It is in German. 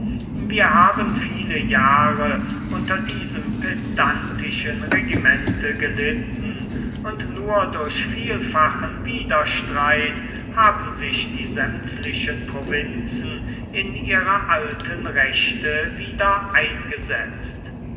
wir haben viele jahre unter diesem pedantischen regimente gelitten und nur durch vielfachen widerstreit haben sich die sämtlichen provinzen in ihre alten rechte wieder eingesetzt